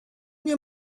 nie